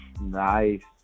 Nice